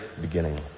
beginning